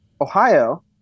Ohio